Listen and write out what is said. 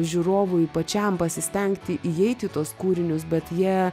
žiūrovui pačiam pasistengti įeiti į tuos kūrinius bet jie